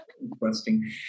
Interesting